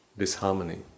disharmony